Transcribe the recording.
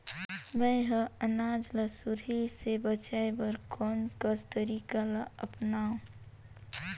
मैं ह अनाज ला सुरही से बचाये बर कोन कस तरीका ला अपनाव?